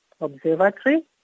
Observatory